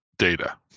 data